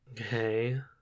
Okay